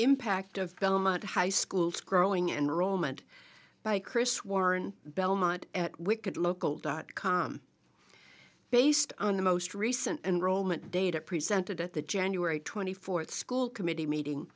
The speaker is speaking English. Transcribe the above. impact of belmont high school scrolling enrollment by chris warren belmont at wicked local dot com based on the most recent enrollment data presented at the january twenty fourth school committee meeting